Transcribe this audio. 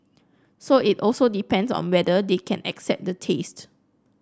so it also depends on whether they can accept the taste